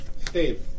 Steve